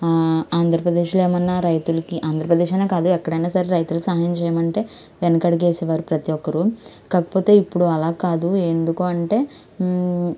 ఆంధ్రప్రదేశ్లో ఏమన్నా రైతులకి ఆంధ్రప్రదేశ్ అనే కాదు ఎక్కడన్నా సరే రైతులకు సహాయం చేయమంటే వెనకడుగు వేసేవారు ప్రతి ఒక్కరూ కాకపోతే ఇప్పుడు అలా కాదు ఎందుకు అంటే